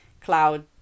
Cloud